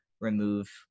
remove